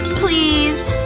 please